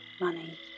money